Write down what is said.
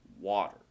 water